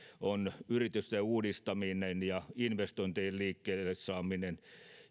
yritysten uudistaminen ja investointien liikkeelle saaminen